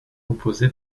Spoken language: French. composé